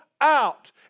out